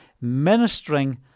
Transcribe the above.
ministering